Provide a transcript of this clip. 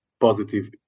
positive